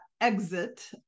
exit